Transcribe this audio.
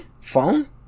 Phone